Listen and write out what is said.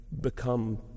become